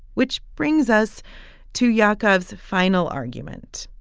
which brings us to yaakov's final argument.